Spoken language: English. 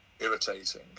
irritating